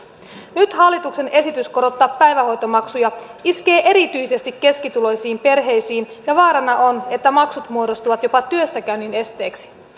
nyt hallituksen esitys korottaa päivähoitomaksuja iskee erityisesti keskituloisiin perheisiin ja vaarana on että maksut muodostuvat jopa työssäkäynnin esteeksi